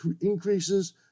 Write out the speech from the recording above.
increases